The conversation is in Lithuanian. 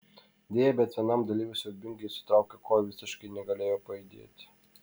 deja bet vienam dalyviui siaubingai sutraukė koją visiškai negalėjo pajudėti